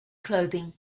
clothing